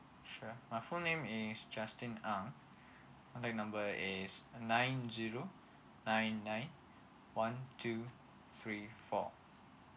sure my full name is justin ang my contact number is nine zero nine nine one two three four